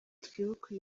twibuka